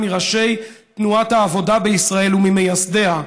מראשי תנועת העבודה בישראל וממייסדיה,